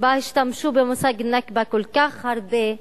שבה השתמשו במושג נכבה כל כך הרבה,